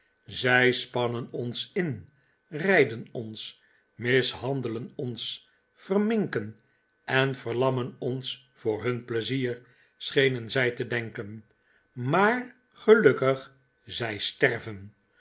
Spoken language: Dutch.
zij spannen ons in rijden ons mishandelen ons verminken en verlammen ons voor hun pleizier schenen zij te denken maar gelukkig zij sterven